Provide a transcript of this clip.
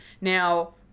Now